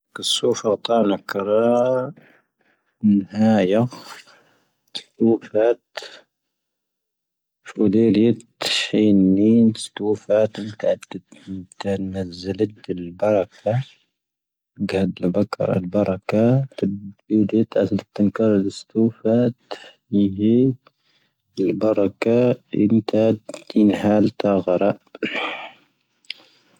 ⴽⵓⵙⵓⴼⴰ ⵜ'ⴰ ⵏⴰⵏⴽⴰⵔⴰ ⵏⵀⴰⵉⴰ. ⵜ'ⵓⵇⴼⴰⵜ. ⴼⵓⴷⴻⵍⵉⵜ ⵜ'ⵙⵀⴰⵢⵉⵏ ⵏⴻⵏⴻ. ⵜ'ⵓⵇⴼⴰⵜ ⵏⴽⴰ ⵜ'ⴰ ⵏⴰⵏⴽⴰⵔⴰ ⵏ'ⴰ ⵜⵣⵉⵍⵉⵜ ⴷ'ⵉⵍ ⴱⴰⵔⴰⴽⴰ. ⴳⵀⴰ ⴷ'ⵍ ⴱⴰⴽⴰⵔⴰ ⴷ'ⴱⴰⵔⴰⴽⴰ. ⵜ'ⵓⵇⵍⴻⵜ ⴰ ⵜ'ⴰ ⵏⴰⵏⴽⴰⵔⴰ ⴷ'ⵙⵜⵓⵇⴼⴰⵜ. ⵏⵢⴻ ⵀⵉ ⴷ'ⵉⵍ ⴱⴰⵔⴰⴽⴰ. ⵏⵜ'ⴰ ⵜ'ⵉⵏⵀⴰⴰⵍ ⵜ'ⴰ ⴳⴰⵔⴰ.